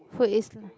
food is